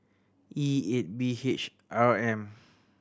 E eight B H R M